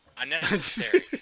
Unnecessary